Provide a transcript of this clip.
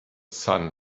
sun